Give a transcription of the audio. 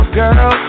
girl